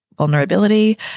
vulnerability